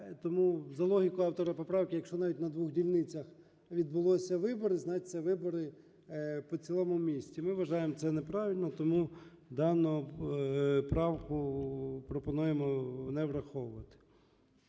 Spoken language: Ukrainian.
Тому, за логікою автора поправки, якщо навіть на двох дільницях відбулися вибори, значить, це вибори по цілому місту. Ми вважаємо це неправильним. Тому дану правку пропонуємо не враховувати,